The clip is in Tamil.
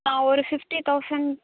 ஆ ஒரு ஃபிஃப்ட்டி தௌசண்ட்